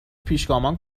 پیشگامان